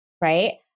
right